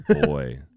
boy